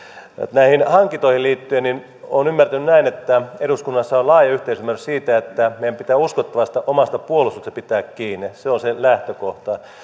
näihin hankintoihin liittyen olen ymmärtänyt näin että eduskunnassa on laaja yhteisymmärrys siitä että meidän pitää uskottavasta omasta puolustuksesta pitää kiinni se on se lähtökohta